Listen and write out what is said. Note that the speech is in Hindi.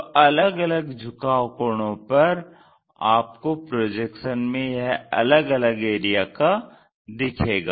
तो अलग अलग झुकाव कोणों पर आपको प्रोजेक्शन में यह अलग अलग एरिया का दिखेगा